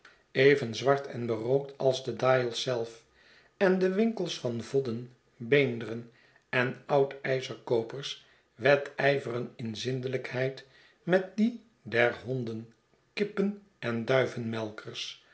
even zwart en berookt als de dials zelf en de winkels van vodden beenderenen oud gzerkoopers wedijveren in zindelijkheid met die der honden kippen en